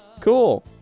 Cool